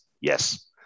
yes